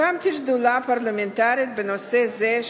הקמתי שדולה פרלמנטרית בנושא זה,